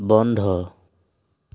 বন্ধ